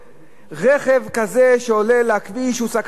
רכב כזה שעולה לכביש הוא סכנה אמיתית.